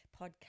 podcast